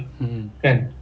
mmhmm